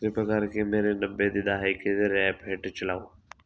ਕਿਰਪਾ ਕਰਕੇ ਮੇਰੇ ਨੱਬੇ ਦੇ ਦਹਾਕੇ ਦੇ ਰੈਪ ਹਿੱਟ ਚਲਾਓ